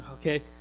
okay